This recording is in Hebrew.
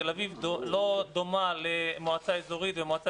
תל אביב לא דומה למועצה אזורית ומועצה